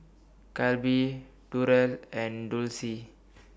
Kolby Durell and Dulcie